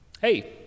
Hey